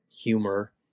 humor